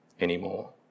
anymore